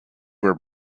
were